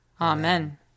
Amen